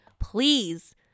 Please